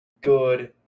Good